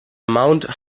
mount